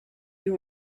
you